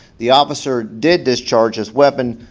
the officer did discharge his weapon,